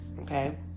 okay